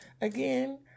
again